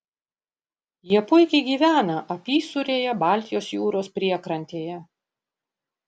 jie puikiai gyvena apysūrėje baltijos jūros priekrantėje